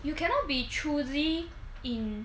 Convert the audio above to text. you cannot be choosy in